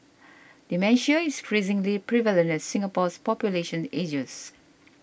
dementia is increasingly prevalent as Singapore's population ages